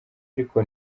ariko